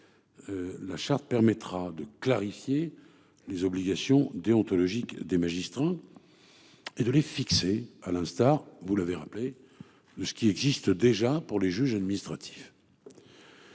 La charte permettra de clarifier les obligations déontologiques des magistrats. Et de les fixer. À l'instar, vous l'avez rappelé le ce qui existe déjà pour les juges administratifs.